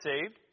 saved